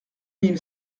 mille